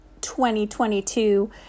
2022